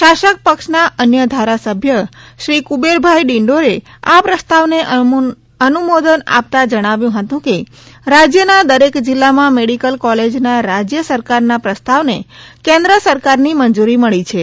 શાસક પક્ષના અન્ય ધારા સભ્યશ્રી કુબેર ભાઈ ડિંડોરે આ પ્રસ્તાવને અનુમોદન આપતા જણાવ્યું હતું કે રાજ્યના દરેક જિલ્લામાં મેડિકલ કોલેજના રાજ્ય સરકારના પ્રસ્તાવને કેન્દ્ર સરકારની મંજૂરી મળી છે